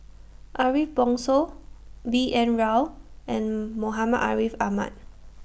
Ariff Bongso B N Rao and Muhammad Ariff Ahmad